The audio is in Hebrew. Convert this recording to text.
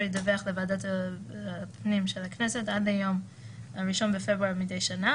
ידווח לוועדת ביטחון הפנים של הכנסת עד ליום 1 פברואר מדי שנה,